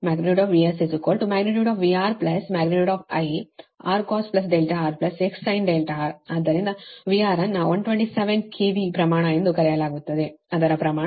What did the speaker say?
|VS| |VR| |I| R cos RX sin R ಆದ್ದರಿಂದ VR ಅನ್ನು 127 KV ಪ್ರಮಾಣ ಎಂದು ಕರೆಯಲಾಗುತ್ತದೆಅದರ ಪ್ರಮಾಣ 787